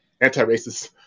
anti-racist